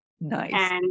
Nice